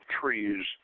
trees